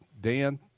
Dan